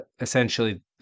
essentially